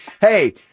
hey